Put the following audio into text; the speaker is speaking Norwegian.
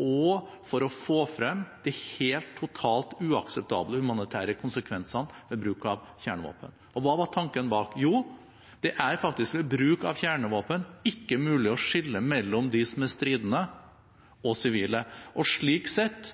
og for å få frem de helt, totalt uakseptable humanitære konsekvensene ved bruk av kjernevåpen. Og hva var tanken bak? Jo, det er faktisk at det ved bruk av kjernevåpen ikke er mulig å skille mellom dem som er stridende, og dem som er sivile, og slik sett